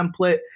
template